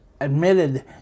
admitted